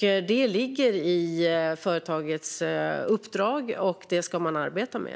Det ligger i företagets uppdrag, och det ska företaget arbeta med.